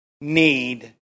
need